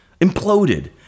Imploded